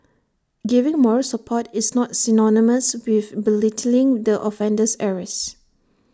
giving moral support is not synonymous with belittling the offender's errors